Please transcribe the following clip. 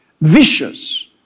vicious